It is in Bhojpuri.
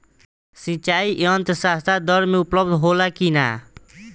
सिंचाई यंत्र सस्ता दर में उपलब्ध होला कि न?